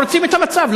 לא רוצים את המצב,